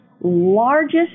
largest